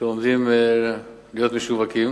שעומדות להיות משווקות.